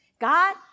God